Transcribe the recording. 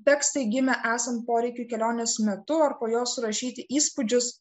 tekstai gimę esant poreikiui kelionės metu ar po jos rašyti įspūdžius